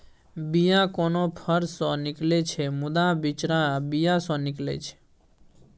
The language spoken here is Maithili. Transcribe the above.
बीया कोनो फर सँ निकलै छै मुदा बिचरा बीया सँ निकलै छै